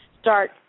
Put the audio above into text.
start